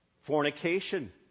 Fornication